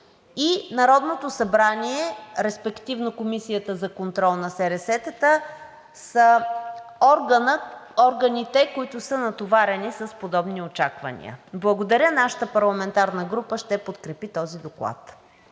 и Народното събрание, респективно Комисията за контрол на СРС-тата, са органите, които са натоварени с подобни очаквания. Благодаря. Нашата парламентарна група ще подкрепи този доклад.